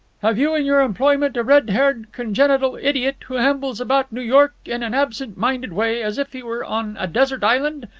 have you in your employment a red-haired, congenital idiot who ambles about new york in an absent-minded way, as if he were on a desert island?